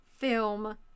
film